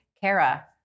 Kara